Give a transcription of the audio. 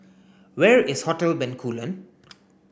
where is Hotel Bencoolen